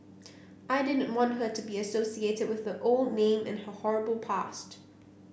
I didn't want her to be associated with her old name and her horrible past